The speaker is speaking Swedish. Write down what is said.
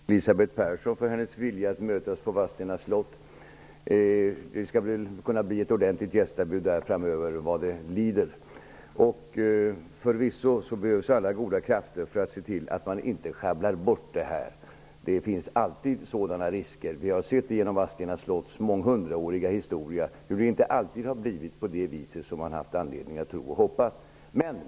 Herr talman! Jag tackar Leo Persson för de orden och Elisabeth Persson för hennes vilja att mötas på Vadstena slott. Det skall väl kunna bli ett ordentligt gästabud där vad det lider. Förvisso behövs alla goda krafter för att se till att det här inte sjabblas bort. Det finns alltid en risk för det. I Vadstena slotts månghundraåriga historia har vi kunnat se att det inte alltid har blivit så som man har haft anledning att tro och hoppas.